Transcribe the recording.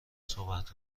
صحبت